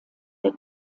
der